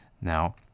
Now